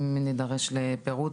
אם נדרש לפירוט,